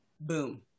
Boom